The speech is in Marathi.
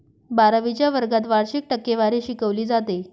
बारावीच्या वर्गात वार्षिक टक्केवारी शिकवली जाते